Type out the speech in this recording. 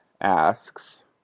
asks